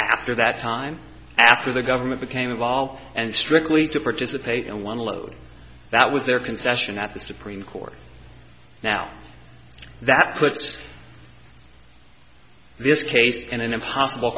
after that time after the government became involved and strickly to participate in one load that with their concession at the supreme court now that puts this case in an impossible